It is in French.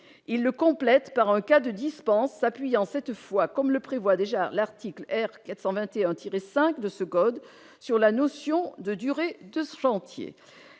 il le complète par un cas de dispenses appuyant cette fois, comme le prévoit déjà l'article R 421 tiré 5 de ce code sur la notion de durée 2 chantiers,